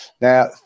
Now